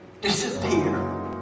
disappear